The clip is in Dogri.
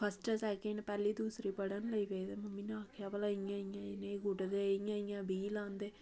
फस्ट सैकिंड पैह्ली दूसरी पढ़न लगी पे मम्मी ने आखेआ भलां इ'यां इ'यां गुडदे इ'यां इ'यां बीऽ लांदे